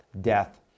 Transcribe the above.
death